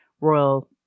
Royal